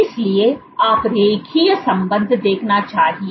इसलिए आप रेखीय संबंध देखना चाहिए